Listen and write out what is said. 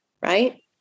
right